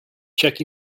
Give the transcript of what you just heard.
check